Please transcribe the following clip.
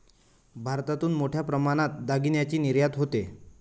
भारतातून मोठ्या प्रमाणात दागिन्यांची निर्यात होते